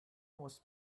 was